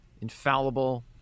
infallible